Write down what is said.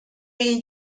این